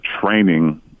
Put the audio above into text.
training